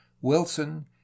wilson